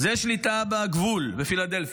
זו שליטה בגבול, בפילדלפי.